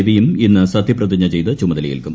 രവിയും ഇന്ന് സത്യപ്രതിജ്ഞ ചെയ്ത് ചുമതലയേൽക്കും